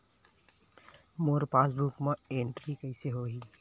मोर passbook मा entry कइसे होही?